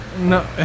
No